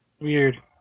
Weird